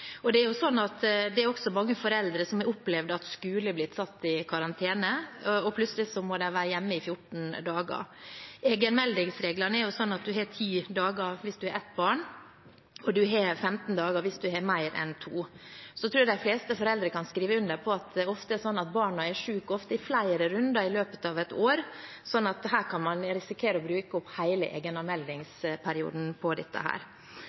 Det er også mange foreldre som har opplevd at skolebarn blir satt i karantene, og plutselig må de være hjemme i 14 dager. Egenmeldingsreglene er jo sånn at du har ti dager hvis du har ett barn, og du har 15 dager hvis du har mer enn to. Så tror jeg de fleste foreldre kan skrive under på at det ofte er sånn at barna er syke i flere runder i løpet av ett år, så her kan man risikerer å bruke opp hele egenmeldingsperioden på dette.